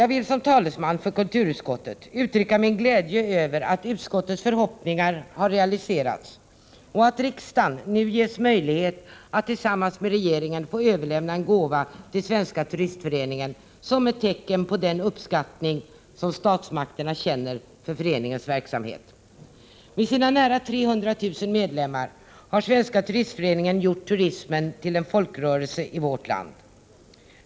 Jag vill som talesman för kulturutskottet uttrycka min glädje över att utskottets förhoppningar har realiserats och att riksdagen nu ges möjlighet att tillsammans med regeringen överlämna en gåva till Svenska turistföreningen som ett tecken på den uppskattning som statsmakterna känner för föreningens verksamhet. Med sina nära 300 000 medlemmar har Svenska turistföreningen gjort turismen till en folkrörelse i vårt land.